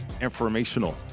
informational